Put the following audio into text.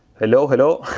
hello, hello,